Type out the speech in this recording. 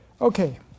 Okay